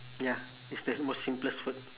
ya it's the most simplest food